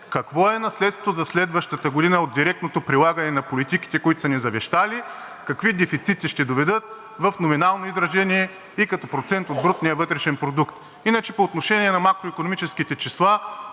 какво е наследството за следващата година от директното прилагане на политиките, които са ни завещали, до какви дефицити ще доведат в номинално изражение и като процент от брутния вътрешен продукт? Иначе по отношение на макроикономическите числа,